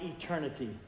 eternity